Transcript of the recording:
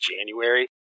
January